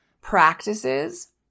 practices